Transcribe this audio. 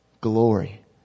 glory